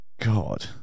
God